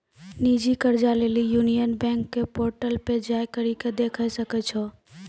निजी कर्जा लेली यूनियन बैंक के पोर्टल पे जाय करि के देखै सकै छो